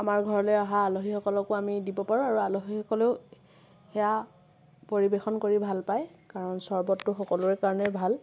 আমাৰ ঘৰলৈ অহা আলহীসকলকোঁ আমি দিব পাৰোঁ আৰু আলহীসকলেও সেয়া পৰিবেশন কৰি ভাল পায় কাৰণ চৰ্বতটো সকলোৰে কাৰণে ভাল